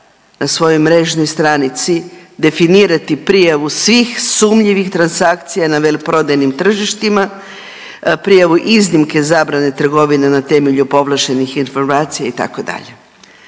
na svojoj mrežnoj stranici definirati prijavu svih sumnjivih transakcija na veleprodajnim tržištima, prijavu iznimke zabrane trgovine na temelju povlaštenih informacija itd.